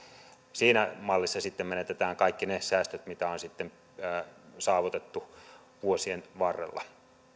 siinä mallissa sitten menetetään kaikki ne säästöt mitkä on saavutettu vuosien varrella